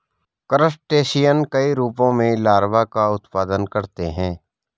crustacean कई रूपों में लार्वा का उत्पादन करते हैं